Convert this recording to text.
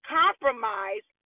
compromise